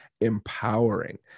empowering